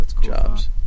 jobs